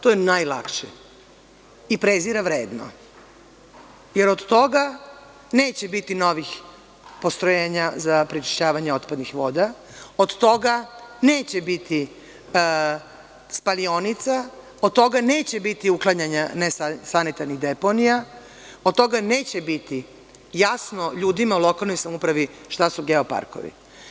To je najlakše i prezire vredno, jer od toga neće biti novih postrojenja za prečišćavanje otpadnih voda, od toga neće biti spalionica, od toga neće biti uklanjanja nesanitarnih deponija, od toga neće biti jasno ljudima u lokalnoj samoupravi šta su geoparkovi.